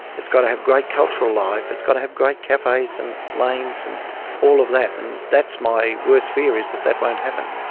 it's got to have great cultural life, it's got to have great cafes and lanes and all of that. and that's my worst fear, is that that won't happen.